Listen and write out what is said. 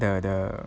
the the